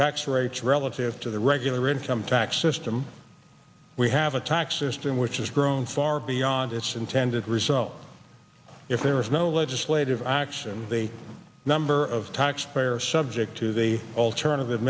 tax rates relative to the regular income tax system we have a tax system which has grown far beyond its intended result if there is no legislative action they number of taxpayer subject to the alternative